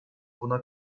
buna